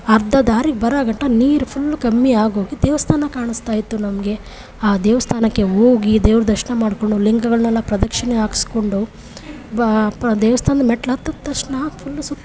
ಅರ್ಧ ದಾರಿಗೆ ಬರೋಗಂಟ ನೀರು ಫುಲ್ಲು ಕಮ್ಮಿ ಆಗೋಗಿ ದೇವಸ್ಥಾನ ಕಾಣಿಸ್ತಾಯಿತ್ತು ನಮಗೆ ಆ ದೇವಸ್ಥಾನಕ್ಕೆ ಹೋಗಿ ದೇವ್ರ ದರ್ಶನ ಮಾಡಿಕೊಂಡು ಲಿಂಗಗಳನ್ನೆಲ್ಲ ಪ್ರದಕ್ಷಿಣೆ ಹಾಕ್ಸ್ಕೊಂಡು ಬಾ ದೇವಸ್ಥಾನದ ಮೆಟ್ಲು ಹತ್ತಿದ ತಕ್ಷಣ ಫುಲ್ಲು ಸುತ್ತಾ